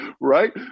Right